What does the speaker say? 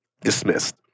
dismissed